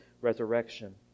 resurrection